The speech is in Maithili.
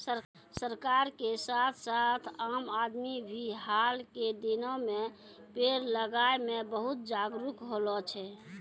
सरकार के साथ साथ आम आदमी भी हाल के दिनों मॅ पेड़ लगाय मॅ बहुत जागरूक होलो छै